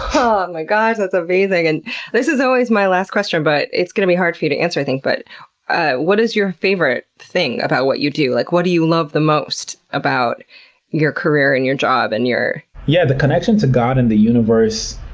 um ah my gosh, that's amazing. and this is always my last question, but it's going to be hard for you to answer, i think. but what is your favorite thing about what you do? like what do you love the most about your career and your job? and yeah, the connection to god and the universe,